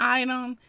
item